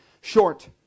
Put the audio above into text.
short